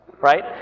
right